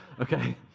okay